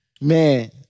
Man